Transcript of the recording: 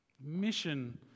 Mission